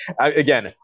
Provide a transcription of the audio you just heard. again